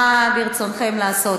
מה ברצונכם לעשות?